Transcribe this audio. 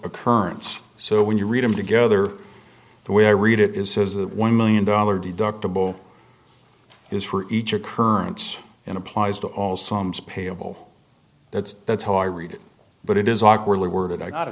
occurrence so when you read them together the way i read it is says that one million dollar deductible is for each occurrence and applies to all sums payable that's that's how i read it but it is awkwardly worded i got a